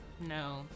No